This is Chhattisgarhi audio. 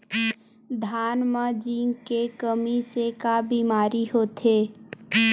धान म जिंक के कमी से का बीमारी होथे?